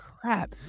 crap